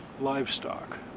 livestock